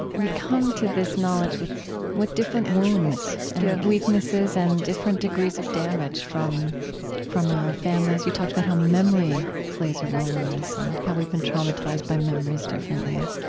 we come to this knowledge with with different wounds and yeah weaknesses and different degrees of damage from from our families. you talked about how memory plays a role in this and how we've been traumatized by memories differently.